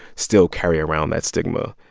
still carry around that stigma.